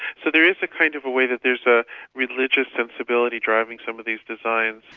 so there is a kind of a way that there's a religious sensibility driving some of these designs.